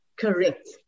correct